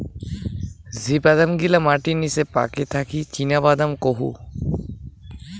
যে বাদাম গিলা মাটির নিচে পাকে তাকি চীনাবাদাম কুহু